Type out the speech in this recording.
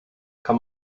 kann